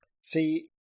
See